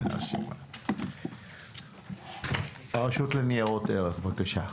נציג הרשות לניירות ערך, בבקשה.